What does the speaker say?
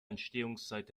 entstehungszeit